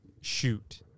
shoot